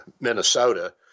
Minnesota